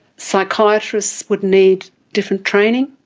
psychiatrists would need different training,